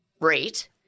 rate